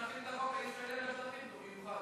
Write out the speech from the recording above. אחרי שנחיל את החוק הישראלי על השטחים, הוא יוכל.